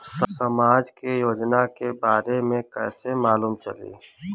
समाज के योजना के बारे में कैसे मालूम चली?